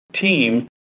team